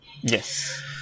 Yes